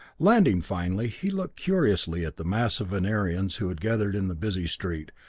landing finally, he looked curiously at the mass of venerians who had gathered in the busy street,